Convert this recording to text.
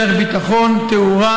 דרך ביטחון ותאורה,